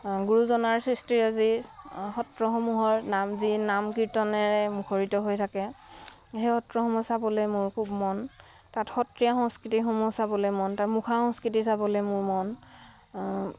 গুৰুজনাৰ সৃষ্টিৰাজিৰ সত্ৰসমূহৰ নাম যি নাম কীৰ্তনেৰে মুখৰিত হৈ থাকে সেই সত্ৰসমূহ চাবলৈ মোৰ খুব মন তাত সত্ৰীয়া সংস্কৃতিসমূহ চাবলৈ মন তাৰ মুখা সংস্কৃতি চাবলৈ মোৰ মন